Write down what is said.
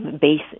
base